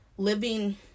Living